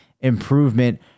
improvement